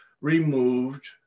removed